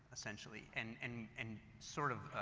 essentially and and and sort of,